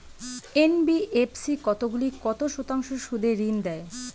NBFC কতগুলি কত শতাংশ সুদে ঋন দেয়?